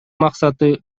максаты